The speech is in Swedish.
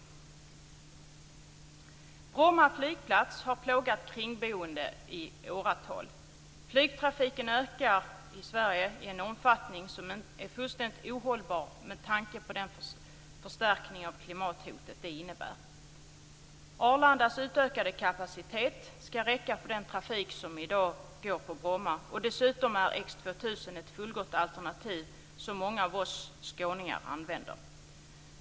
Bromma flygplats har plågat kringboende i åratal. Flygtrafiken ökar i Sverige i en omfattning som är fullständigt ohållbar med tanke på den förstärkning av klimathotet det innebär. Arlandas utökade kapacitet skall räcka för den trafik som i dag går på Bromma, och dessutom är X 2000 ett fullgott alternativt som många av oss skåningar använder.